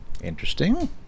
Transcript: Interesting